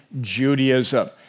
Judaism